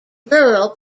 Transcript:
rural